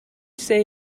say